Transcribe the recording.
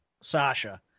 Sasha